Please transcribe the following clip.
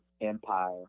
empire